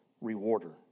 rewarder